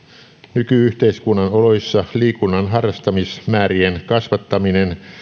nyky yhteiskunnan oloissa liikunnan harrastamismäärien kasvattaminen